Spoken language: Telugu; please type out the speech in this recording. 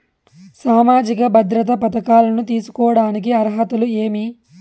సామాజిక భద్రత పథకాలను తీసుకోడానికి అర్హతలు ఏమి?